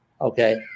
Okay